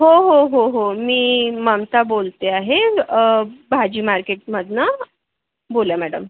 हो हो हो हो मी ममता बोलते आहे भाजी मार्केटमधून बोला मॅडम